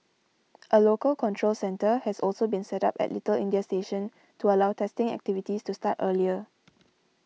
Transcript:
a local control centre has also been set up at Little India station to allow testing activities to start earlier